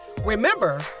Remember